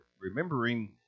remembering